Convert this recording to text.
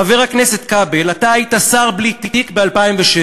חבר הכנסת כבל, אתה היית שר בלי תיק ב-2007.